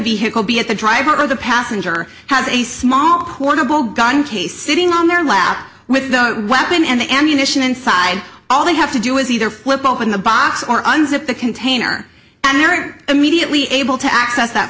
vehicle be at the driver of the passenger has a small portable gun case sitting on their lap with the weapon and the ammunition inside all they have to do is either flip open the box or unzip the container and they are immediately able to access that